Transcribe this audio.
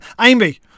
Amy